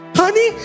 honey